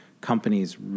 companies